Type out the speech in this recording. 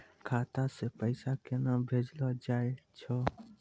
खाता से पैसा केना भेजलो जाय छै?